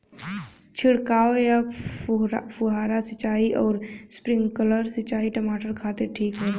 छिड़काव या फुहारा सिंचाई आउर स्प्रिंकलर सिंचाई टमाटर खातिर ठीक होला?